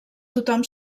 tothom